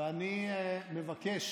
ואני מבקש